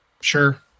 Sure